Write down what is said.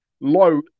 low